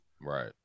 Right